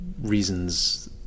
reasons